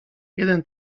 jeden